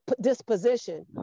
disposition